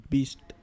Beast